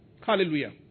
Hallelujah